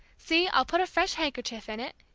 see, i'll put a fresh handkerchief in it